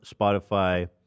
Spotify